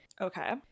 Okay